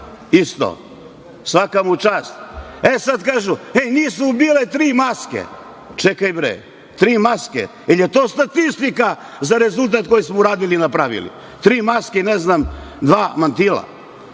isto. Svaka mu čast. Sad kažu – nisu bile tri maske. Čekaj bre, tri maske, jel to statistika za rezultat koji smo uradili i napravili? Tri maske i dva mantila. Zabrana